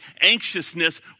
anxiousness